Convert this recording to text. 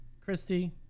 Christy